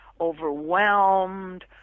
overwhelmed